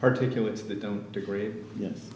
particulates that don't degrade yes